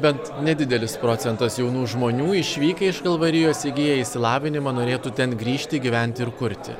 bent nedidelis procentas jaunų žmonių išvykę iš kalvarijos įgiję išsilavinimą norėtų ten grįžti gyventi ir kurti